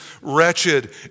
wretched